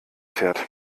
fährt